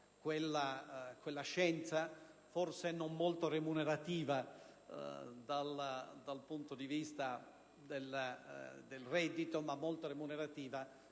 quella scienza, forse non molto remunerativa dal punto di vista del reddito, ma molto remunerativa